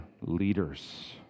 leaders